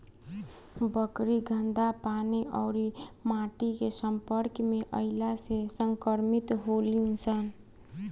बकरी गन्दा पानी अउरी माटी के सम्पर्क में अईला से संक्रमित होली सन